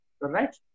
right